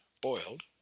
boiled